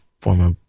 former